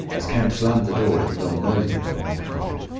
as kemp slammed the door it fell noisily upon the carpet.